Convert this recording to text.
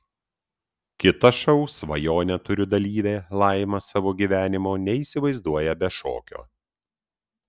kita šou svajonę turiu dalyvė laima savo gyvenimo neįsivaizduoja be šokio